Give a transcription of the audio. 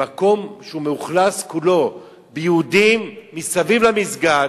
במקום שהוא מאוכלס כולו ביהודים מסביב למסגד,